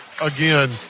again